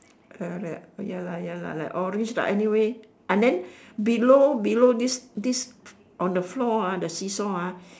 correct ya lah ya lah like orange ah anyway ah then below below this this on the floor ah the see-saw ah